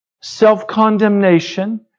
Self-condemnation